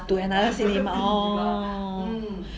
to another cinema oh